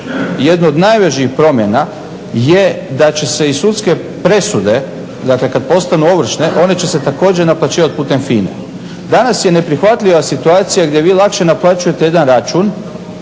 jednu od najvažnijih promjena je da će se i sudske presude, dakle kad postanu ovršne, one će se također naplaćivati putem FINA-e. Danas je neprihvatljiva situacija gdje vi lakše naplaćujete jedan račun